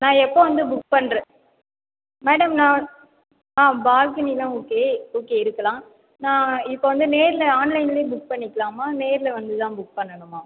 நான் எப்போது வந்து புக் பண்ணுறது மேடம் நான் ஆ பால்கனிலாம் ஓகே ஓகே இருக்கலாம் நான் இப்போ வந்து நேரில் ஆன்லைன்லேயே புக் பண்ணிக்கலாமா நேரில் வந்துதான் புக் பண்ணணுமா